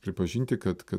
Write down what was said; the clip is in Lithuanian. pripažinti kad kad